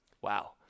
Wow